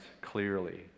clearly